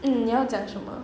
mm 你要讲什么